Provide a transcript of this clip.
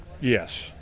yes